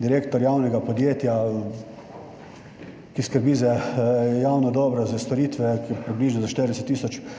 direktor javnega podjetja, ki skrbi za javno dobro, storitve za približno za 40 tisoč